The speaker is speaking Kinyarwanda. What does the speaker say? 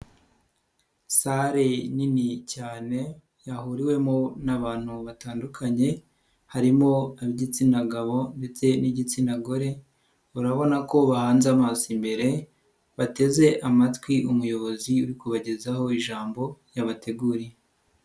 Sare nini cyane yahuriwemo n'abantu batandukanye harimo ab'igitsina gabo ndetse n'igitsina gore urabona ko bahanze amaso imbere bateze amatwi umuyobozi uri kubagezaho ijambo yabateguriye.